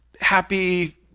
happy